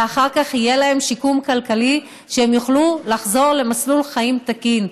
ואחר כך יהיה להם שיקום כלכלי שהם יוכלו לחזור למסלול חיים תקין,